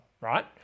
right